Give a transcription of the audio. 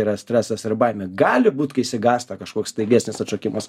yra stresas ir baimė gali būt kai išsigąsta kažkoks staigesnis atšokimas